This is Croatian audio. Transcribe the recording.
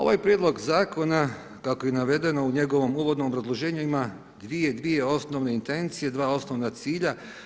Ovaj prijedlog zakona kako je navedeno u njegovom uvodnom obrazloženju, ima dvije osnovne intencije, dva osnovna cilja.